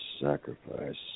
sacrifice